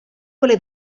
quelle